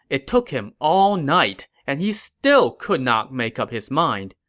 it took him all night, and he still could not make up his mind.